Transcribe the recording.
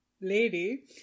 lady